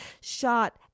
Shot